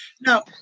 Now